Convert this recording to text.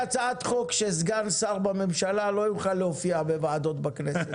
יש לי הצעת חוק שסגן שר בממשלה לא יוכל להופיע בוועדות בכנסת.